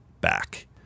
back